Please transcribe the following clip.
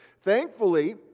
Thankfully